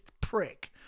prick